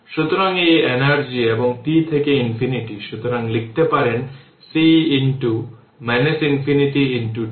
সুতরাং এটি I এবং এটি R তাই সাবস্টিটিউট I এখানে হবে I0 R e এর পাওয়ার t τ এটি ইকুয়েশন 25